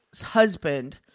husband